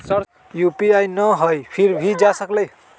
UPI न हई फिर भी जा सकलई ह?